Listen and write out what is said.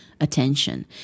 attention